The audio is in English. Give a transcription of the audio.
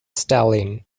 stalin